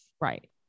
Right